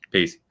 Peace